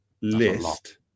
list